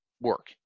work